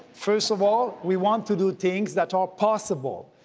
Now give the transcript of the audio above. first of all, we want to do things that are possible.